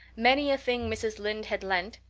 many a thing mrs. lynde had lent,